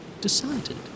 decided